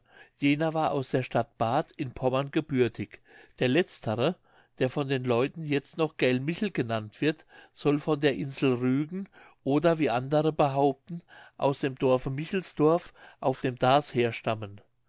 jener war aus der stadt barth in pommern gebürtig der letztere der von den leuten jetzt noch gät michel genannt wird soll von der insel rügen oder wie andere behaupten aus dem dorfe michelsdorf auf dem darß herstammen